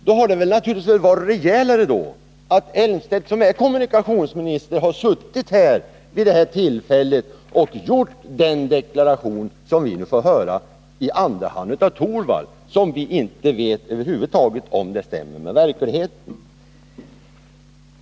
Då hade det väl varit rejälare om Claes Elmstedt, som är kommunikationsminister, varit här vid detta tillfälle och gjort den deklaration som vi nu får höra i andra hand av Rune Torwald och som vi inte vet om den stämmer med verkligheten.